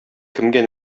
кемгә